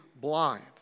blind